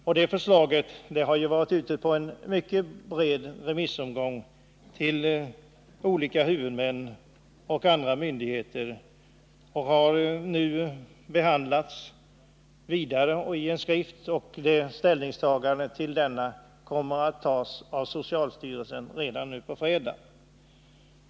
Detta förslag har varit ute på en mycket bred remissomgång hos olika huvudmän och myndigheter. Det har nu alltså behandlats vidare, och socialstyrelsen kommer att behandla förslaget redan nu på fredag.